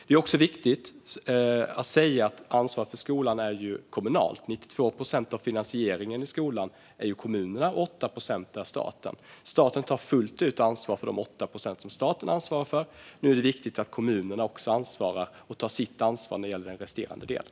Det är också viktigt att säga att ansvaret för skolan är kommunalt - 92 procent av finansieringen av skolan kommer från kommunerna, och 8 procent kommer från staten. Staten tar fullt ansvar för de 8 procent som staten ansvarar för. Nu är det viktigt att kommunerna tar sitt ansvar när det gäller den resterande delen.